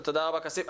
תודה רבה, כסיף.